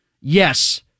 yes